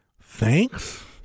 Thanks